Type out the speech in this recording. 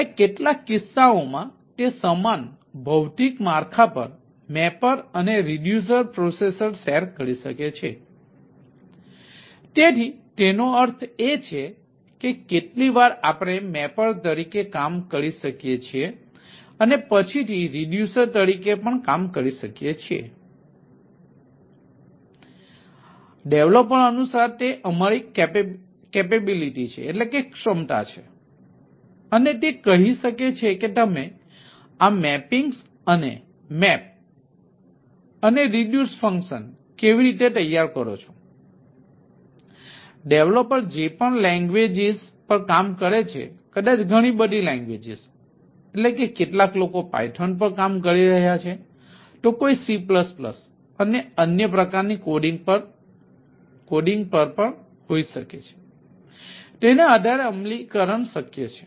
અને કેટલાક કિસ્સાઓમાં તે સમાન ભૌતિક માળખા પર મેપર અને રિડ્યુસર અને અન્ય પ્રકારની કોડિંગ પર હોઈ શકે છે તેના આધારે અમલીકરણ શક્ય છે